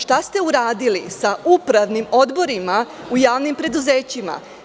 Šta ste uradili sa upravnim odborima u javnim preduzećima?